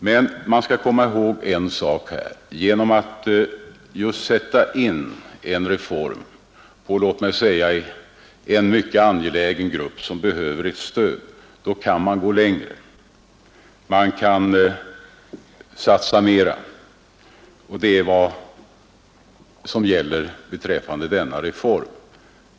Men vi skall komma ihåg en sak här: genom att just rikta in en reform på låt mig säga en mycket angelägen grupp, som behöver ett stöd, kan man gå längre, man kan satsa mer. Det är vad som gäller beträffande denna reform.